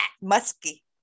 musky